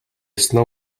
snow